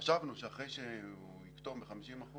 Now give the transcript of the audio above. חשבנו שאחרי שהוא יקטום ב-50%,